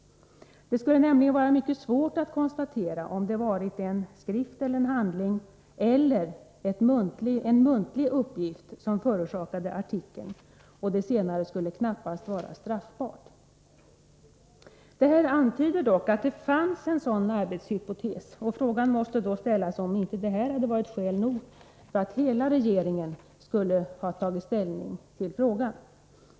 Det skulle nämligen vara mycket svårt att konstatera om det varit en skrift, en handling eller en muntlig uppgift som förorsakade artikeln, och det senare skulle knappast vara straffbart. Detta antyder dock att det fanns en sådan arbetshypotes, och frågan måste ställas om inte detta hade varit skäl nog för att hela regeringen skulle ha tagit ställning till frågan.